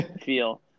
feel